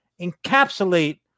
encapsulate